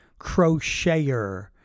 crocheter